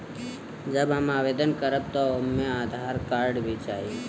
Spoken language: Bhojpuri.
जब हम आवेदन करब त ओमे आधार कार्ड भी चाही?